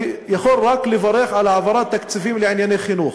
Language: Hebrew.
אני יכול רק לברך על העברת תקציבים לענייני חינוך.